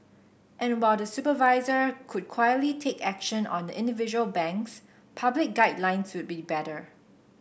and while the supervisor could quietly take action on individual banks public guidelines would be better